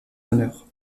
honneur